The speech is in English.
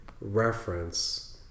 reference